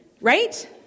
right